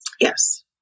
Yes